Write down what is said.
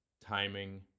timing